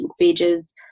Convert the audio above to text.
pages